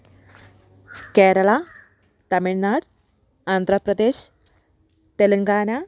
Kerala Tamil Nadu Andhra Pradesh Telangana